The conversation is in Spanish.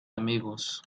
amigos